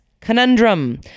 conundrum